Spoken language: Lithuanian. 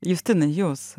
justinai jūs